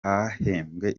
hahembwe